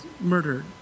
murdered